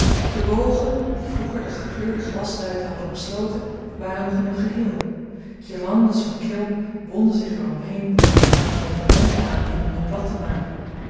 de bogen die vroeger de gekleurde glasruiten hadden omsloten waren nog in hun geheel guirlandes van klimop wonden zich er om heen dat nu met de lente aanving nieuw blad te maken